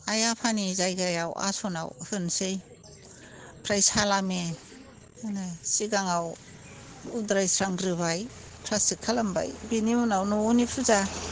आइ आफानि जायगायाव आसनाव होनोसै ओमफ्राय सालामे होनो सिगाङाव उद्रायस्रांग्रोबाय प्रायसित खालामबाय बिनि उनाव न'नि फुजा